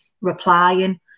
replying